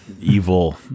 evil